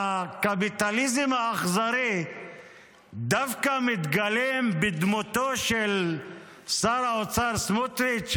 הקפיטליזם האכזרי דווקא מתגלם בדמותו של שר האוצר סמוטריץ'.